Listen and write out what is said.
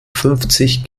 fünfzig